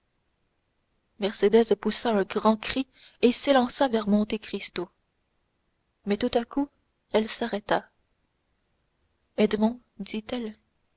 mercédès poussa un grand cri et s'élança vers monte cristo mais tout à coup elle s'arrêta edmond dit-elle